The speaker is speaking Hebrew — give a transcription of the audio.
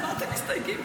על מה אתם מסתייגים?